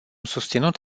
susținut